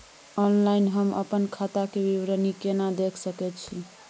Online हम अपन खाता के विवरणी केना देख सकै छी?